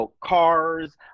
cars